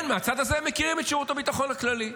כן, מהצד הזה מכירים את שירות הביטחון הכללי.